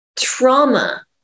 Trauma